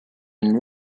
and